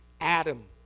Adam